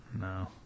No